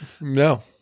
No